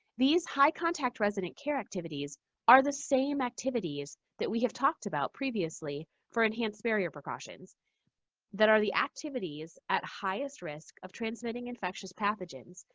these high-contact resident care activities are the same activities that we have talked about previously for enhanced barrier precautions that are the activities at highest risk of transmitting infectious pathogens.